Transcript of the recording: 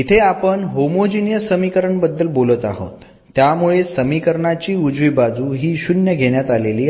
इथे आपण होमोजीनियस समीकरण बद्दल बोलत आहोत त्यामुळे समीकरणाची उजवी बाजू ही शून्य घेण्यात आलेली आहे